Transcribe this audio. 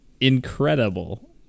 incredible